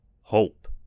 hope